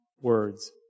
words